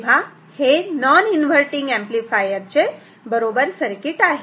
तेव्हा हे non inverting amplifier चे बरोबर सर्किट आहे